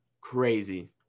Crazy